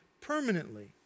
permanently